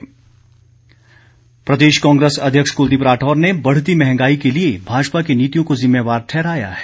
राठौर प्रदेश कांग्रेस अध्यक्ष क्लदीप राठौर ने बढ़ती मंहगाई के लिए भाजपा की नीतियों को जिम्मेवार ठहराया है